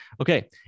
Okay